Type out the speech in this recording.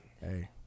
Hey